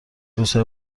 روزهای